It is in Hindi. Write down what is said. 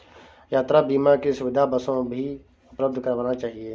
यात्रा बीमा की सुविधा बसों भी उपलब्ध करवाना चहिये